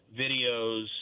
videos